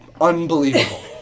unbelievable